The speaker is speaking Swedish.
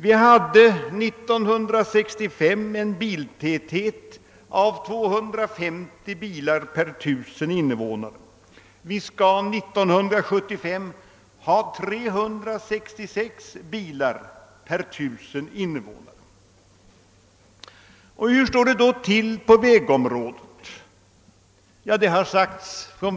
Vi hade år 1965 en biltäthet av 250 bilar per 1 000 invånare; vi skall 1975 ha 366 bilar per 1 000 invånare. Och hur står det då till på vägområdet? Ja,